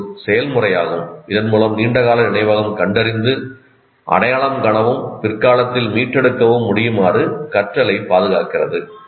இது ஒரு செயல்முறையாகும் இதன் மூலம் நீண்டகால நினைவகம்கண்டறிந்து அடையாளம் காணவும் பிற்காலத்தில் மீட்டெடுக்கவும் முடியுமாறு கற்றலை பாதுகாக்கிறது